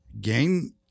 gain